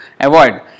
avoid